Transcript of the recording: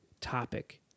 topic